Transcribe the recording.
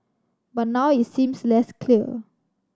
but now it seems less clear